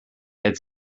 had